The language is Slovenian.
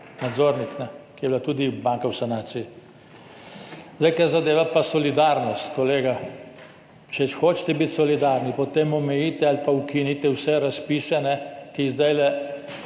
nadzornica v NKBM, ki je bila tudi banka v sanaciji. Kar zadeva pa solidarnost, kolega. Če hočete biti solidarni, potem omejite ali pa ukinite vse razpise, ki jih